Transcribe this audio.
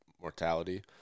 mortality